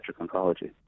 oncology